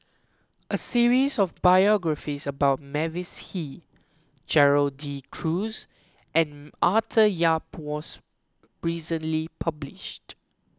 a series of biographies about Mavis Hee Gerald De Cruz and Arthur Yap was recently published